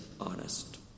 honest